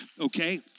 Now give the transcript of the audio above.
okay